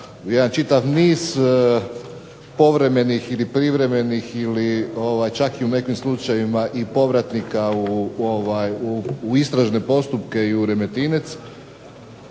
jedan čitav niz povremenih ili privremenih ili čak i u nekim slučajevima i povratnika u istražne postupke i u Remetinec,